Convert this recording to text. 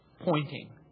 pointing